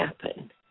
happen